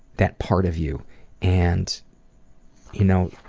that part of you and you know